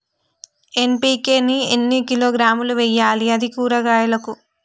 NPK ని ఎన్ని కిలోగ్రాములు వెయ్యాలి? అది కూరగాయలకు?